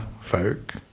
folk